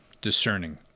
discerning